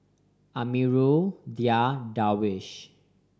Amirul Dhia Darwish